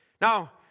Now